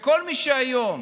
כל מי שהיום